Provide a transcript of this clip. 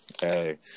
Hey